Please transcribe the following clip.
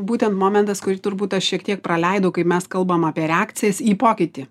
būtent momentas kurį turbūt aš šiek tiek praleidau kai mes kalbam apie reakcijas į pokytį